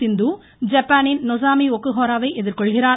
சிந்து ஜப்பானின் நொசோமி ஒக்கோஹோரோவை எதிர்கொள்கிறார்